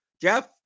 Jeff